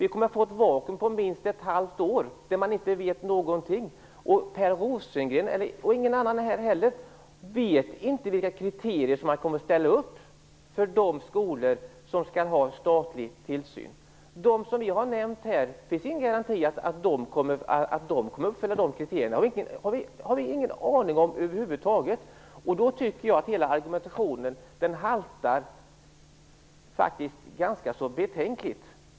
Vi kommer att få ett vakuum om minst ett halvt år, under vilket man inte vet någonting. Varken Per Rosengren eller någon annan här vet vilka kriterier som man kommer att ställa upp för de skolor som skall ha statlig tillsyn. Det finns ingen garanti för att de skolor som vi har nämnt här kommer att uppfylla de kriterierna. Vi har ingen aning om det. Jag tycker att hela argumentationen haltar betänkligt.